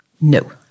No